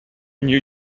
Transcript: new